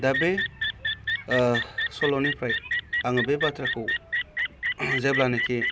दा बे सल'निफ्राय आङो बे बाथ्राखौ जेब्लानाखि